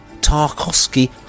Tarkovsky